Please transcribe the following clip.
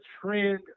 trend